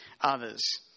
others